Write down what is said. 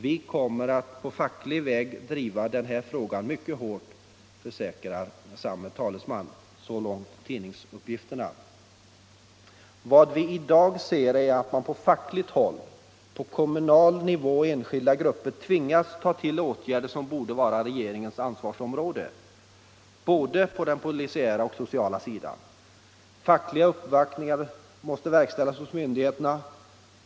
Vi kommer på facklig väg att driva den här frågan mycket hårt, försäkrar Ingemar Johansson.” Så långt tidningsuppgifterna. Vad vi i dag ser är att man på fackligt håll, på kommunal nivå och i enskilda grupper tvingas ta till åtgärder som borde höra till regeringens ansvarsområde, både på den polisiära och på den sociala sidan. Fackliga uppvaktningar måste göras hos myndigheterna.